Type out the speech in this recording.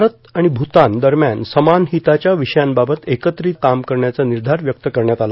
भारत आणि भूतान दरम्यान समान हिताच्या विषयांबाबत एकत्रितरित्या काम करण्याचा निर्धार व्यक्त करण्यात आला